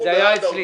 זה טרקטור